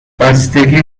بستگی